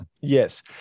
Yes